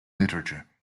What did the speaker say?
literature